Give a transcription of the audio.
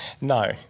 no